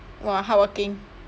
!wah! hardworking